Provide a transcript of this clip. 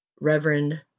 Reverend